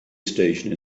station